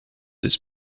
this